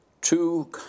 two